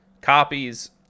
copies